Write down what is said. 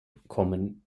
kommen